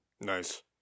Nice